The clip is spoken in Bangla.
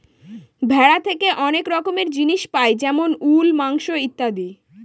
ভেড়া থেকে অনেক রকমের জিনিস পাই যেমন উল, মাংস ইত্যাদি